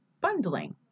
bundling